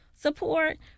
support